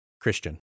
Christian